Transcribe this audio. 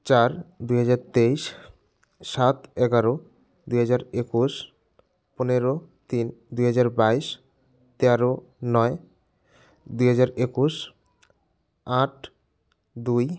চার দুই হাজার তেইশ সাত এগারো দুই হাজার একুশ পনেরো তিন দুই হাজার বাইশ তেরো নয় দুই হাজার একুশ আট দুই